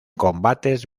combates